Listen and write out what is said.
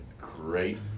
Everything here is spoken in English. great